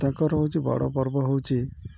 ତାଙ୍କର ହେଉଛି ବଡ଼ ପର୍ବ ହେଉଛି